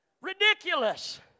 Ridiculous